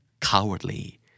Cowardly